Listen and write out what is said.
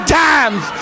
times